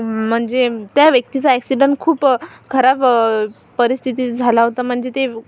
म्हणजे त्या व्यक्तीचा ॲक्सिडन खूप खराब परिस्थितीत झाला होता म्हणजे ते